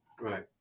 Right